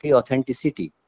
authenticity